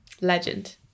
Legend